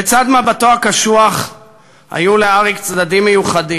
בצד מבטו הקשוח היו לאריק צדדים מיוחדים,